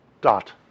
dot